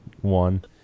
one